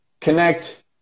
connect